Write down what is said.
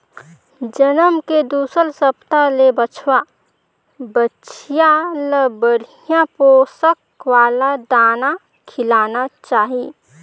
जनम के दूसर हप्ता ले बछवा, बछिया ल बड़िहा पोसक वाला दाना खिलाना चाही